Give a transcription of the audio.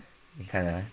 你看 ah